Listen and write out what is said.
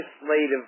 legislative